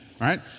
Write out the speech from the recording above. right